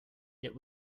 yet